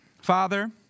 Father